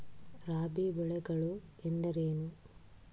ರಾಬಿ ಬೆಳೆಗಳು ಎಂದರೇನು?